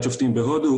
בחירת השופטים בהודו.